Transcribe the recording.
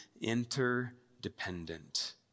interdependent